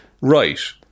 Right